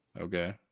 Okay